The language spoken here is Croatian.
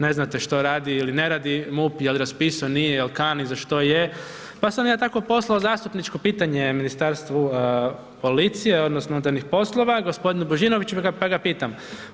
Ne znate što radi ili ne radi MUP, je li raspisao, nije, je li kani, za što je, pa sam ja tako poslao zastupničko pitanje Ministarstvu policije odnosno unutarnjih poslova, g. Božinoviću pa ga pitam.